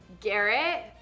Garrett